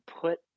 put